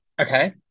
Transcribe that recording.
Okay